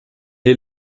est